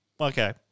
okay